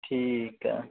ਠੀਕ ਹੈ